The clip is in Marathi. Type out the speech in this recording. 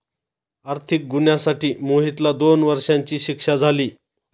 आर्थिक गुन्ह्यासाठी मोहितला दोन वर्षांची शिक्षा झाली